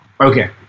okay